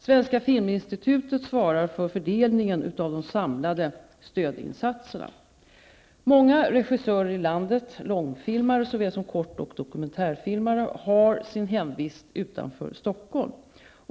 Svenska Filminstitutet svarar för fördelningen av de samlade stödinsatserna. Många regissörer i landet -- långfilmare såväl som kort och dokumentärfilmare -- har sin hemvist utanför Stockholm.